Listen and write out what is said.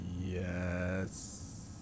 Yes